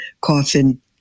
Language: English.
coffin